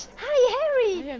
hi, harry!